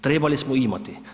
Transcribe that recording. Trebali smo imati.